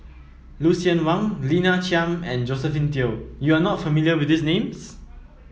Lucien Wang Lina Chiam and Josephine Teo you are not familiar with these names